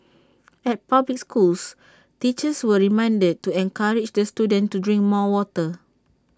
at public schools teachers were reminded to encourage the students to drink more water